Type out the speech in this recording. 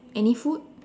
any food